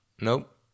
Nope